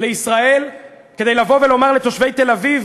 לישראל כדי לבוא ולומר לתושבי תל-אביב